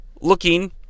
looking